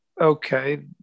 okay